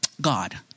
God